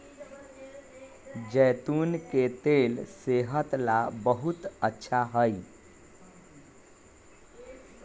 जैतून के तेल सेहत ला बहुत अच्छा हई